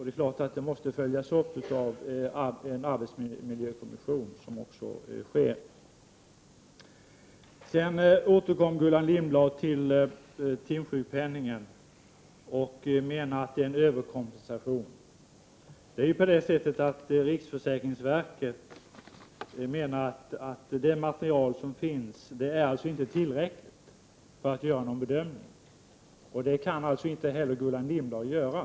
Det är klart att det måste följas upp av en arbetsmiljökommission, vilket också sker. Gullan Lindblad återkommer till timsjukpenningen och menar att den ger en överkompensation. Riksförsäkringsverket menar att det material som finns inte är tillräckligt för att göra någon bedömning. Det kan alltså inte heller Gullan Lindblad göra.